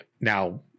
Now